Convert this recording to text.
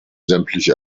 sämtliche